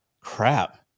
crap